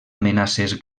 amenaces